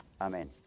Amen